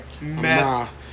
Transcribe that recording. mess